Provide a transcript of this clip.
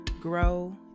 grow